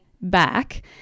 back